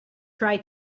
try